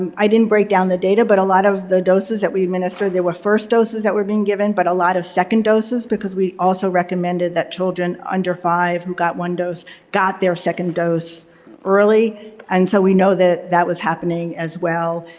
i didn't break down the data but a lot of the doses that we administered there were first doses that were being given, but a lot of second doses because we also recommended that children under five who got one dose got their second dose early until we know that that was happening as well.